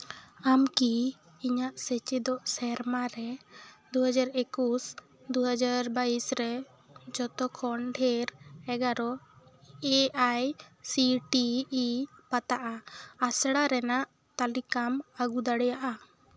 ᱟᱢ ᱠᱤ ᱤᱧᱟᱹᱜ ᱥᱮᱪᱮᱫᱚᱜ ᱥᱮᱨᱢᱟ ᱨᱮ ᱫᱩ ᱦᱟᱡᱟᱨ ᱮᱠᱩᱥ ᱫᱩ ᱦᱟᱡᱟᱨ ᱵᱟᱭᱤᱥ ᱨᱮ ᱡᱚᱛᱚ ᱠᱷᱚᱱ ᱰᱷᱮᱨ ᱮᱜᱟᱨᱚ A I C T E ᱵᱟᱛᱟᱜᱼᱟ ᱟᱥᱲᱟ ᱨᱮᱱᱟᱜ ᱛᱟᱹᱞᱤᱠᱟᱢ ᱟᱹᱜᱩ ᱫᱟᱲᱮᱭᱟᱜᱼᱟ